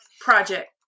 project